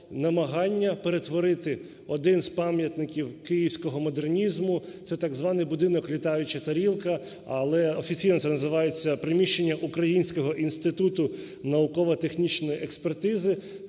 намагання перетворити один з пам'ятників київського модернізму, це так званий будинок "Літаюча тарілка", але офіційно це називається приміщення Українського інституту науково-технічної експертизи.